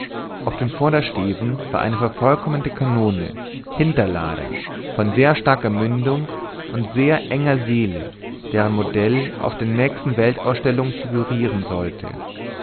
auf dem vordersteven war eine vervollkommente kanone hinterlader von sehr starker mündung und sehr enger seele deren modell auf der nächsten weltausstellung figuriren sollte